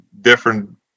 different